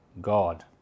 God